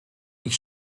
ich